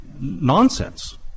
nonsense